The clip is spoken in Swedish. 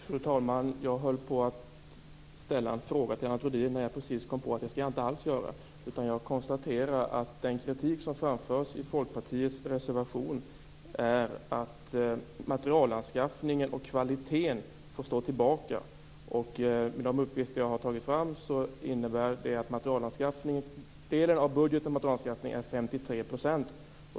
Fru talman! Jag höll på att ställa en fråga till Lennart Rohdin när jag precis kom på att jag inte alls skulle göra det. Jag konstaterar bara att den kritik som framförs i Folkpartiets reservation är att materialanskaffningen och kvaliteten får stå tillbaka. Enligt de uppgifter som jag har tagit fram är den del av budgeten som avser materialanskaffning 53 %.